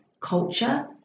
culture